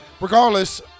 regardless